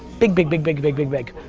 big, big, big, big, big, big, big.